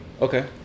Okay